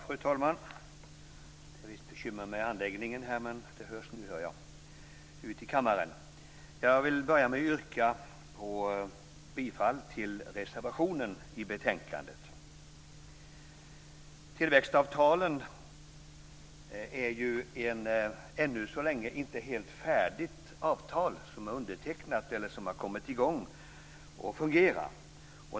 Fru talman! Det är visst bekymmer med anläggningen, men jag hör att det hörs ut i kammaren nu. Jag vill börja med att yrka bifall till reservationen i betänkandet. Tillväxtavtalen är ännu så länge inte helt färdiga avtal som har undertecknats, kommit i gång och fungerar.